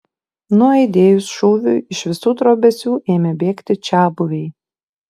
nuaidėjus šūviui iš visų trobesių ėmė bėgti čiabuviai